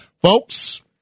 Folks